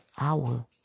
hour